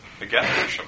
Again